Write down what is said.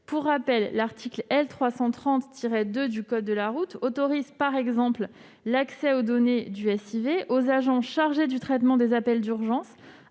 Pour rappel, l'article L. 330-2 du code de la route autorise, par exemple, l'accès aux données du SIV des agents chargés du traitement des appels d'urgence,